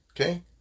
Okay